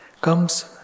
comes